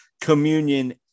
communion